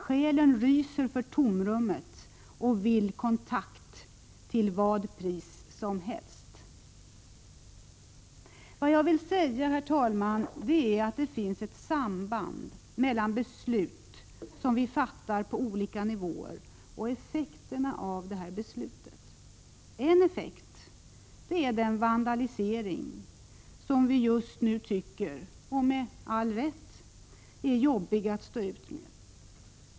Själen ryser för tomrummet och vill kontakt till vad pris som helst.” Vad jag vill säga är att det finns ett samband mellan beslut vi fattar på olika nivåer och effekterna av dessa beslut. En effekt är den vandalisering som vi just nu — med all rätt — tycker är jobbig att stå ut med.